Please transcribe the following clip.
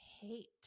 hate